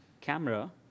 camera